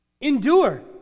Endure